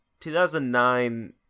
2009